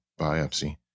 biopsy